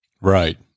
Right